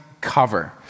cover